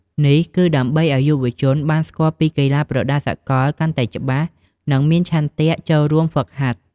នេះគឺដើម្បីឲ្យយុវជនបានស្គាល់ពីកីឡាប្រដាល់សកលកាន់តែច្បាស់ និងមានឆន្ទៈចូលរួមហ្វឹកហាត់។